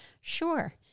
sure